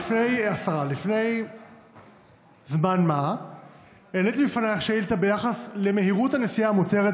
לפני זמן מה העליתי בפנייך שאילתה ביחס למהירות הנסיעה המותרת